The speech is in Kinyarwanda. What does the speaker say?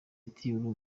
ati